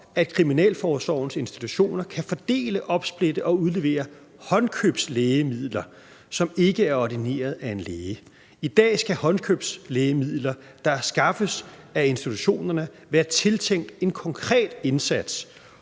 at kriminalforsorgens institutioner kan fordele, opsplitte og udlevere håndkøbslægemidler, som ikke er ordinerede af en læge. I dag skal håndkøbslægemidler, der skaffes af institutionerne, være tiltænkt en konkret indsat,